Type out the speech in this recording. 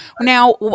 Now